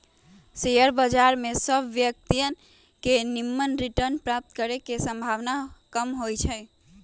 share बजार में सभ व्यक्तिय के निम्मन रिटर्न प्राप्त करे के संभावना कम होइ छइ